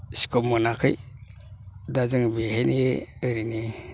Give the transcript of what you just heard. scope मोनाखै दा जों बेहायनो ओरैनो